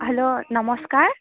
hello নমস্কাৰ